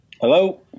Hello